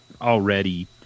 already